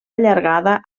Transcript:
allargada